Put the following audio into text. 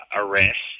arrest